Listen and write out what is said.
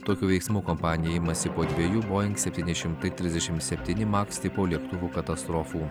tokių veiksmų kompanija imasi po dviejų boing septyni šimtai trisdešim septyni maks tipo lėktuvų katastrofų